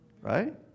right